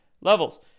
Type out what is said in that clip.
levels